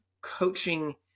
coaching